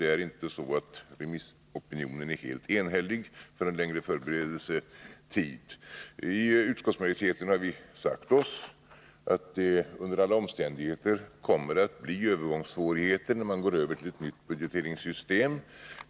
Det är inte så, att remissopinionen är helt enhällig när det gäller en längre förberedelsetid. Inom utskottsmajoriteten har vi sagt oss att det under alla omständigheter kommer att bli övergångssvårigheter, när man går över till ett nytt budgeteringssystem.